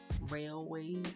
railways